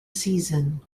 season